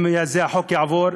אם החוק הזה יעבור,